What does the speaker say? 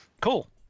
Cool